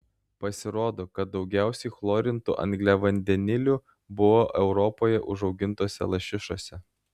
pasirodo kad daugiausiai chlorintų angliavandenilių buvo europoje užaugintose lašišose